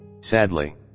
sadly